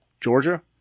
Georgia